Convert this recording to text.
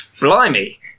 Blimey